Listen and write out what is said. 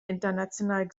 international